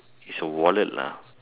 is a wallet lah